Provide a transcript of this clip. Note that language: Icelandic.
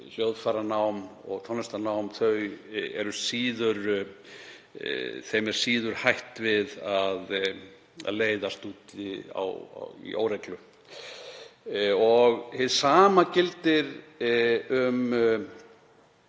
hljóðfæranám og tónlistarnám er síður hætt við að leiðast út í óreglu. Hið sama gildir um